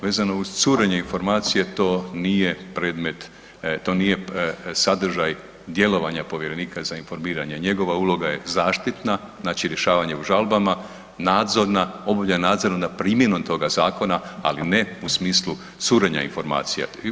Vezano uz curenje informacije, to nije predmet, to nije sadržaj djelovanja povjerenika za informiranje, njegova uloga je zaštitna, znači rješavanje u žalbama, obavlja nadzor na primjenu toga zakona ali ne u smislu curenja informacija.